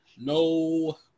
No